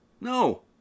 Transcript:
No